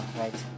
right